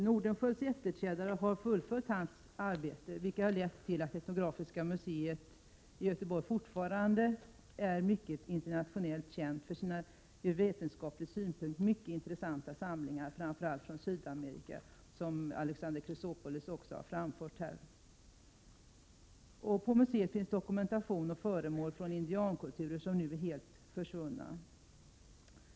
Nordenskiölds efterträdare har fullföljt hans arbete, vilket har lett till att Etnografiska museet i Göteborg internationellt sett fortfarande är mycket känt för sina ur vetenskaplig synpunkt mycket intressanta samlingar, framför allt från Sydamerika. Det har också Alexander Chrisopoulos framfört här. På museet finns dokumentation och föremål från indiankulturer som nu är helt försvunna.